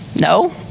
No